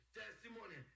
testimony